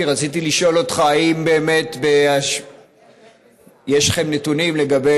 כי רציתי לשאול אותך אם יש לכם נתונים לגבי